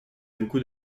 beaucoup